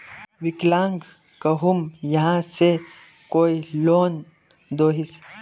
विकलांग कहुम यहाँ से कोई लोन दोहिस?